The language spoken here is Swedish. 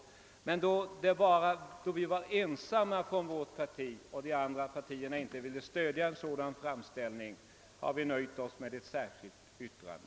Då vi från vårt parti varit ensamma om att begära en sådan framställning och de andra partierna inte velat stödja tanken har vi emellertid nöjt oss med ett särskilt yttrande.